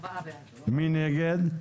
מי נגד?